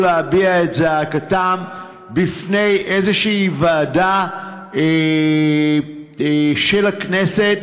להביע את זעקתם בפני איזושהי ועדה של הכנסת